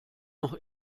noch